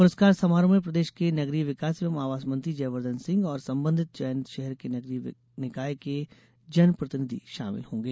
पुरस्कार समारोह में प्रदेश के नगरीय विकास एवं आवास मंत्री जयवर्धन सिंह और संबंधित चयनित शहर के नगरीय निकाय के जन प्रतिनिधि शामिल होंगे